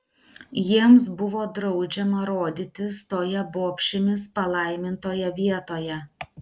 jiems buvo draudžiama rodytis toje bobšėmis palaimintoje vietoje